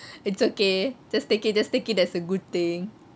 it's okay just take it just take it as a good thing